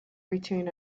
return